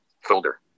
folder